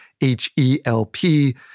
H-E-L-P